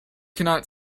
cannot